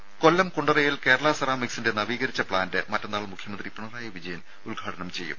ദേദ കൊല്ലം കുണ്ടറയിൽ കേരളാ സെറാമിക്സിന്റെ നവീകരിച്ച പ്ലാന്റ് മറ്റന്നാൾ മുഖ്യമന്ത്രി പിണറായി വിജയൻ ഉദ്ഘാടനം ചെയ്യും